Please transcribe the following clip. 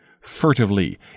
furtively